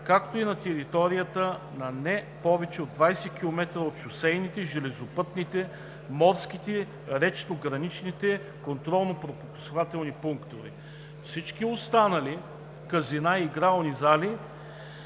както и на територия, на не повече от 20 километра от шосейните, железопътните, морските и речните гранични контролно-пропускателни пунктове. Всички останали казина и игрални зали,